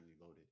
loaded